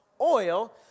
oil